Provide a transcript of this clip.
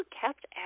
kept